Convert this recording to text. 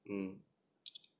mm